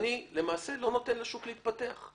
אני לא נותן לשוק להתפתח.